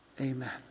Amen